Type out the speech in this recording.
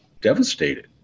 devastated